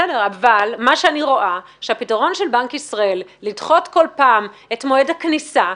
אני רואה שהפתרון של בנק ישראל לדחות כל פעם את מועד הכניסה,